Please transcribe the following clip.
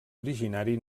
originari